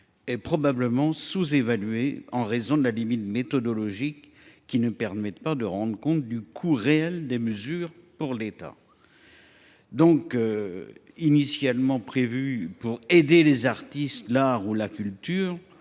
est probablement sous évaluée en raison d’une limite méthodologique qui ne permet pas de rendre compte du coût réel du mécénat pour l’État. Initialement prévu pour aider les artistes, l’art ou la culture,